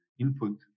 input